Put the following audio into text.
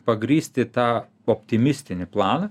pagrįsti tą optimistinį planą